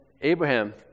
Abraham